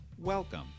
Welcome